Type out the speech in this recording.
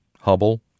Hubble